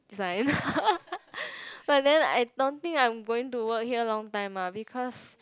resign but then I don't think I'm going to work here long time ah because